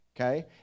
Okay